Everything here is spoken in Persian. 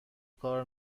کار